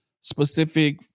specific